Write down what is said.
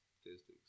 statistics